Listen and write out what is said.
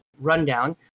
rundown